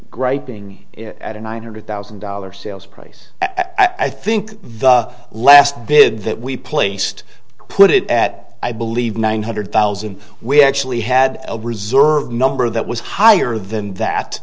griping at a nine hundred thousand dollar sales price i think the last bid that we placed put it at i believe nine hundred thousand we actually had a reserve number that was higher than that